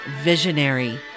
visionary